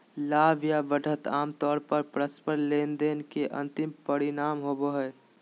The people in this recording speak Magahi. लाभ या बढ़त आमतौर पर परस्पर लेनदेन के अंतिम परिणाम होबो हय